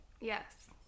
Yes